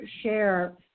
share